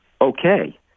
okay